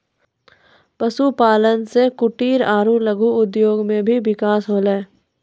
पशुपालन से कुटिर आरु लघु उद्योग मे भी बिकास होलै